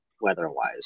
weather-wise